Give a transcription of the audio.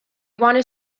want